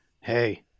hey